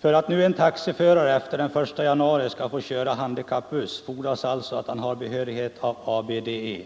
För att en taxiförare efter den 1 januari skall få köra handikappbuss fordras alltså att han har behörighet av klass AB:DE.